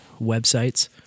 websites